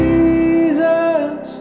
Jesus